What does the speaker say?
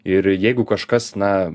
ir jeigu kažkas na